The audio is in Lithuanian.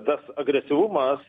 tas agresyvumas